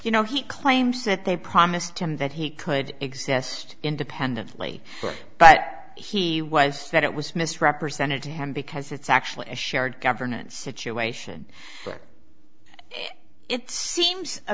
you know he claims that they promised him that he could exist independently but he was that it was misrepresented to him because it's actually a shared governance situation where it seems a